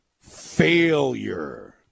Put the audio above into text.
failure